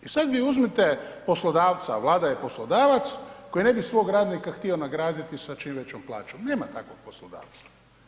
E sad vi uzmite poslodavca, a Vlada je poslodavac koji ne bi svog radnika htio nagraditi sa čim većom plaćom, nema takvog poslodavca.